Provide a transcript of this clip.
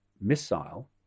missile